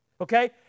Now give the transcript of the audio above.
okay